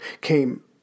came